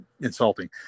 insulting